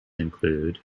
include